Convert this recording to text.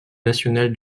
national